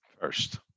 First